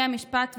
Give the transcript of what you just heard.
מהמשפט ומהכול.